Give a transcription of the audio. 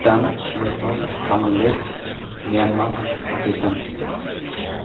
Bhutan Nepal Bangladesh Myanmar Pakistan